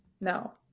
No